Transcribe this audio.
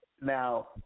Now